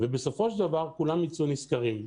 כשבסופו של דבר כולם ייצאו נשכרים.